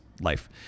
life